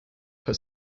per